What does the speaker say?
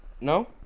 No